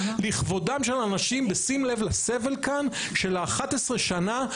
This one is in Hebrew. לכבודם של אנשים, בשים לב לסבל כאן של 11 שנה.